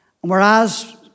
Whereas